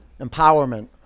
Empowerment